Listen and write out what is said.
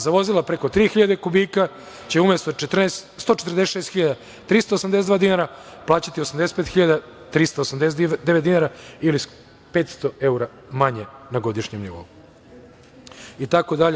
Za vozila preko 3.000 kubika će umesto 146.382 dinara plaćati 85.389 dinara ili 500 evra manje na godišnjem nivou itd.